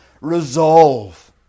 resolve